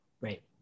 Right